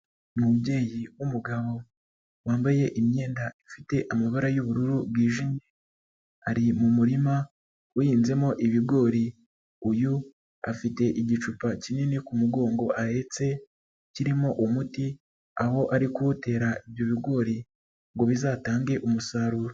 Umubyeyi w'umugabo wambaye imyenda ifite amabara y'ubururu bwijimye ,ari mu murima uhinzemo ibigori. Uyu afite igicupa kinini mu mugongo ahetse, kirimo umuti aho ari kuwutera ibyo bigori, ngo bizatange umusaruro.